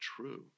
true